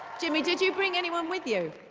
jimmy did you bring anyone with you?